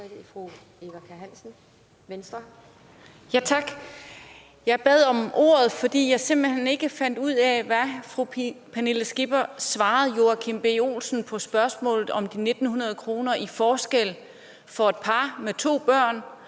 Jeg bad om ordet, fordi jeg simpelt hen ikke fandt ud af, hvad fru Pernille Skipper svarede Joachim B. Olsen på spørgsmålet om de 1.900 kr. i forskel for et par med to børn,